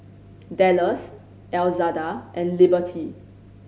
Dallas Elzada and Liberty